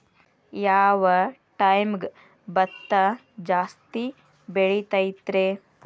ಯಾವ ಟೈಮ್ಗೆ ಭತ್ತ ಜಾಸ್ತಿ ಬೆಳಿತೈತ್ರೇ?